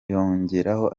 yongeraho